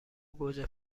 گوجه